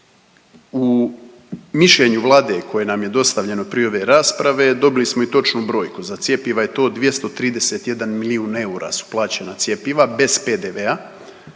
U mišljenju Vlade koje nam je dostavljeno prije ove rasprave, dobili smo i točnu brojku. Za cjepiva je to 231 milijun eura su plaćena cjepiva, bez PDV-a